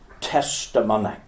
testimony